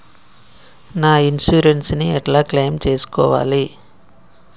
నా ఇన్సూరెన్స్ ని ఎట్ల క్లెయిమ్ చేస్కోవాలి?